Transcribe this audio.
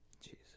Jesus